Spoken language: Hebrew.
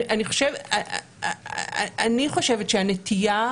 אני חושבת שהנטייה